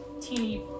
teeny